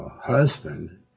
husband